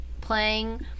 playing